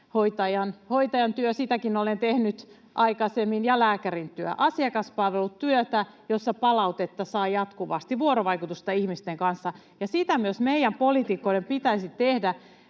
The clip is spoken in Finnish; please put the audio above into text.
antoisaa työtä — sitäkin olen tehnyt aikaisemmin — samoin lääkärin työ, asiakaspalvelutyötä, jossa palautetta saa jatkuvasti, on vuorovaikutusta ihmisten kanssa. Sitä myös meidän poliitikkojen pitäisi tehdä,